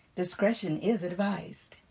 discretion is advised